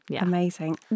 amazing